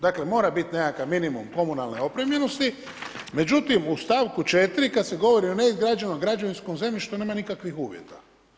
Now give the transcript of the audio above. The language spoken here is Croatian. Dakle, mora biti nekakav minimum komunalne opremljenosti, međutim u stavku 4. kad se govori o neizgrađenom građevinskom zemljištu, nema nikakvih uvjeta.